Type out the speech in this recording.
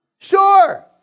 Sure